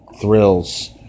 thrills